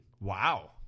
Wow